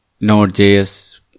Node.js